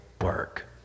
work